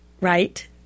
right